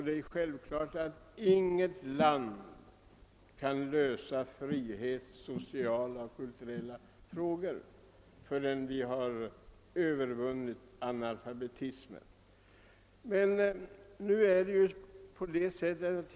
Det är självklart att inget land kan lösa frihets-, socialoch kulturfrågor förrän analfabetismen övervunnits.